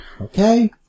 Okay